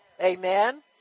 amen